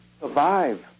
survive